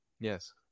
yes